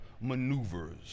maneuvers